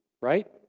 right